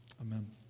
Amen